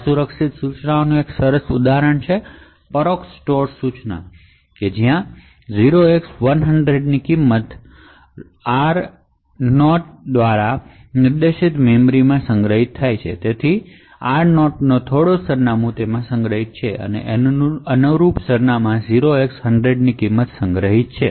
અસુરક્ષિત ઇન્સટ્રકશનનું એક સરસ ઉદાહરણ છે આ પરોક્ષ સ્ટોર ઇન્સટ્રકશન જ્યાં 0 x100 ની કિંમત r nought દ્વારા નિર્દેશિત મેમરીમાં સંગ્રહિત થાય છે r nought માં કોઈ સરનામું સંગ્રહિત છે અને તેમાં અનુરૂપ સરનામાં પર 0x100 ની કિંમત સંગ્રહિત થાય છે